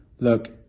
Look